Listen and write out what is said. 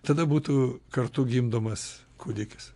tada būtų kartu gimdomas kūdikis